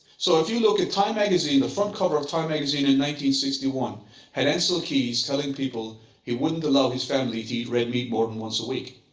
so if you look at time magazine, the front cover of time magazine and sixty one had ancel keys telling people he wouldn't allow his family to eat red meat more than once a week,